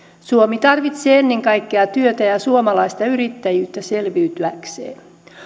suomi tarvitsee ennen kaikkea työtä ja suomalaista yrittäjyyttä selviytyäkseen